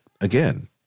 again